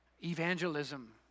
Evangelism